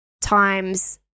times